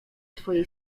twojej